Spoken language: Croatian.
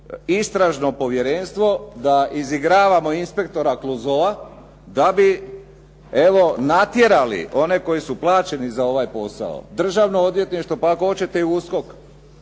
istražno povjerenstvo da izigravamo inspektora Clousoa da bi evo natjerali one koji su plaćeni za ovaj posao Državno odvjetništvo pa ako hoćete i USKOK